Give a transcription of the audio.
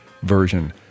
version